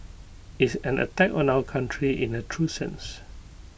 it's an attack on our country in A true sense